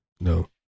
No